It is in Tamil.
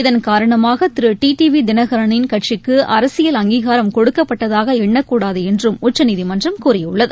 இதன் காரணமாக திரு டி டிவிதினகரனின் கட்சிக்குஅரசியல் அங்கீகாரம் கொடுக்கப்பட்டதாகஎண்ணக்கூடாதுஎன்றும் உச்சநீதிமன்றம் கூறியுள்ளது